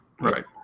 right